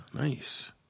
nice